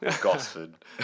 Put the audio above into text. Gosford